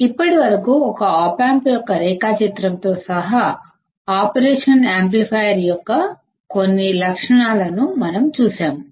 ఇప్పటి వరకు ఒక ఆప్ ఆంప్ యొక్క రేఖాచిత్రంతో సహా ఆపరేషన్ యాంప్లిఫైయర్యొక్క కొన్ని లక్షణాలను మనం చూశాము